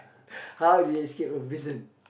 how did he escaped from prison